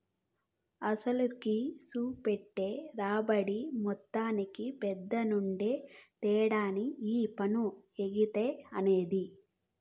అసలుకి, సూపెట్టే రాబడి మొత్తానికి మద్దెనుండే తేడానే ఈ పన్ను ఎగేత అనేది